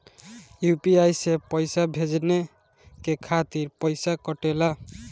UPI से पइसा भेजने के खातिर पईसा कटेला?